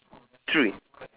three